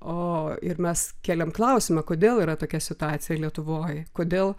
o ir mes kėlėm klausimą kodėl yra tokia situacija lietuvoj kodėl